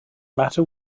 matter